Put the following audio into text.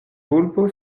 vulpo